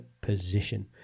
position